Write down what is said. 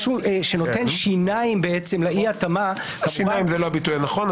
משהו שנותן שיניים לאי התאמה- - שיניים זה לא הביטוי הנכון.